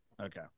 Okay